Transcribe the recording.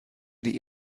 die